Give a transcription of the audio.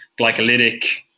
glycolytic